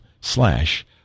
slash